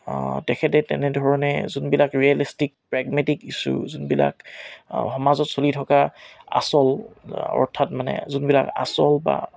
তেখেতে তেনেধৰণে যোনবিলাক ৰিয়েলিষ্টিক প্ৰেগমেটিক ইচ্যু যোনবিলাক সমাজত চলি থকা আচল অৰ্থাৎ মানে যোনবিলাক আচল বা